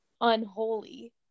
unholy